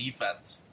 defense